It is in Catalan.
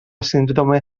síndrome